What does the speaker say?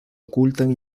ocultan